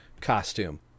costume